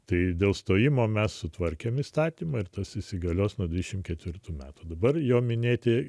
tai dėl stojimo mes sutvarkėme įstatymą ir tas įsigalios nuo dvidešimt ketvirtų metų dabar jau minėti